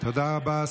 תודה רבה.